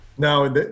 Now